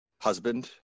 husband